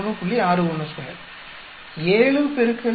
612 7 X 95 93